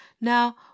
now